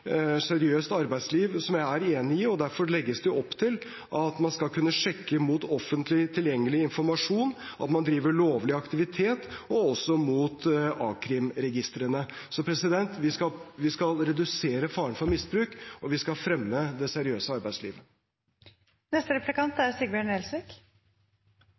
seriøst arbeidsliv, som jeg er enig i. Derfor legges det opp til at man skal kunne sjekke mot offentlig tilgjengelig informasjon at man driver lovlig aktivitet, og også mot a-krim-registrene. Vi skal redusere faren for misbruk, og vi skal fremme det seriøse